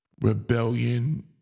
rebellion